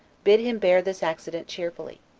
bid him bear this accident cheerfully.